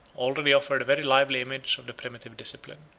already offered a very lively image of the primitive discipline.